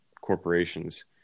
corporations